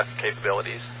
capabilities